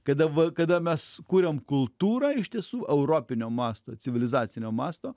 kada va kada mes sukūrėm kultūrą iš tiesų europinio masto civilizacinio masto